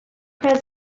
present